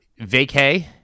vacay